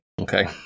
Okay